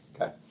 Okay